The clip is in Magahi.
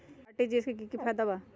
आर.टी.जी.एस से की की फायदा बा?